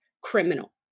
criminal